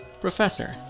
Professor